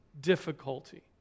difficulty